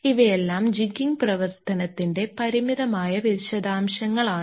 ഇവയെല്ലാം ജിഗ്ഗിംഗ് പ്രവർത്തനത്തിന്റെ പരിമിതമായ വിശദാംശങ്ങളാണ്